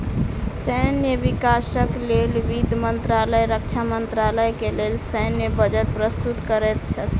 सैन्य विकासक लेल वित्त मंत्रालय रक्षा मंत्रालय के लेल सैन्य बजट प्रस्तुत करैत अछि